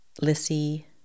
Lissy